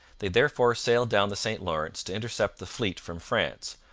they therefore sailed down the st lawrence to intercept the fleet from france,